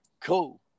cool